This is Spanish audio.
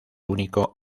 único